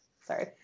Sorry